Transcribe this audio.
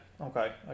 okay